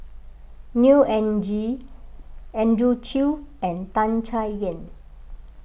Neo Anngee Andrew Chew and Tan Chay Yan